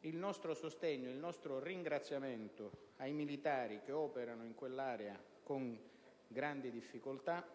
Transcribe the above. per ribadire il nostro ringraziamento ai militari che operano in quell'area con grandi difficoltà,